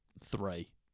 Three